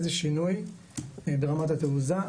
איזה שינוי ברמת התעוזה,